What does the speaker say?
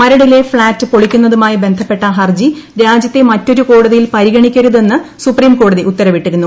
മരടിലെ ഫ്ളാറ്റ് പ്പൊളിക്കുന്നതുമായി ബന്ധപ്പെട്ട ഹർജി രാജ്യത്തെ മറ്റൊരു കോട്ടതിയിൽ പരിഗണിക്കരുതെന്ന് സുപ്രീം കോടതി ഉത്തരവിട്ടിരുന്നു